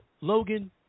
Logan